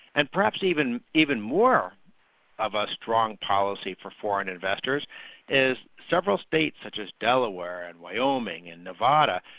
and perhaps even even more of a strong policy for foreign investors is several states, such as delaware, and wyoming, and nevada,